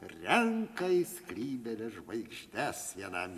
renka į skrybėlę žvaigždęs vienam